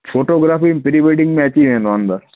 photography pre wedding में अची वेंदो आहे अंदरि